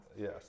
yes